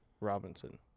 Robinson